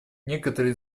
некоторые